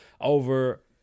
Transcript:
over